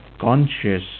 conscious